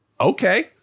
okay